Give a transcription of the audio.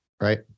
right